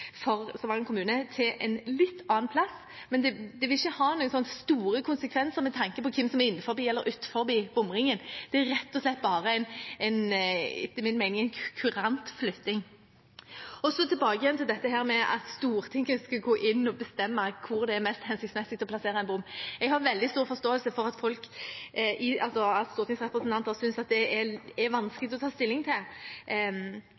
for Stavanger kommune, til en litt annen plass, men det vil ikke ha noen store konsekvenser med tanke på hvem som er innenfor eller utenfor bomringen. Det er rett og slett bare en kurant flytting, etter min mening. Så tilbake igjen til dette med om Stortinget skulle gå inn og bestemme hvor det er mest hensiktsmessig å plassere en bom. Jeg har veldig stor forståelse for at stortingsrepresentanter synes at det er vanskelig å ta stilling til. Og nå fremmer jeg dette forslaget, men jeg er